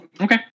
Okay